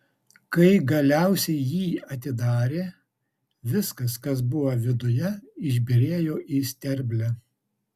kai galiausiai jį atidarė viskas kas buvo viduje išbyrėjo į sterblę